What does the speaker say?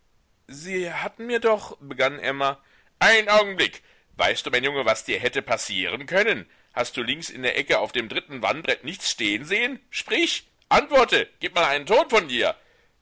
sie hatten mir doch begann emma einen augenblick weißt du mein junge was dir hätte passieren können hast du links in der ecke auf dem dritten wandbrett nichts stehn sehn sprich antworte gib mal einen ton von dir